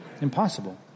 Impossible